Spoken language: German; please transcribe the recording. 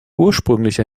ursprüngliche